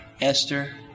Esther